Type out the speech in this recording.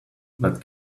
that